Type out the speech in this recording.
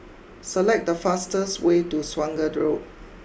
select the fastest way to Swanage Road